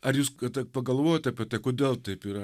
ar jūs kada pagalvojat apie tai kodėl taip yra